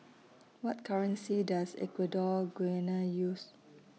What currency Does Equatorial Guinea use